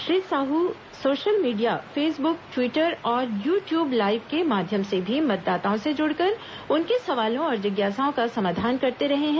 Shri Sahu social media Facebook Twitter और YouTube live के माध्यम से भी मतदाताओं से जुड़कर उनके सवालों और जिज्ञासाओं का समाधान करते रहे हैं